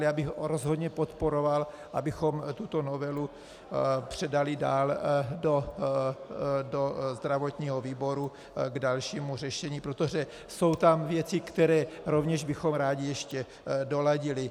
Já bych rozhodně podporoval, abychom tuto novelu předali dál do zdravotního výboru k dalšímu řešení, protože jsou tam věci, které rovněž bychom rádi ještě doladili.